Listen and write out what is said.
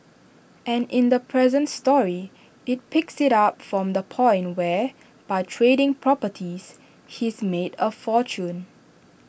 and in the present story IT picks IT up from the point where by trading properties he's made A fortune